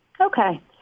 okay